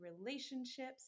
relationships